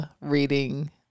reading